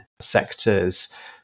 sectors